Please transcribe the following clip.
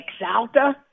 Exalta